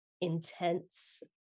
intense